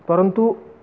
परन्तु